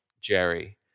Jerry